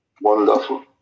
Wonderful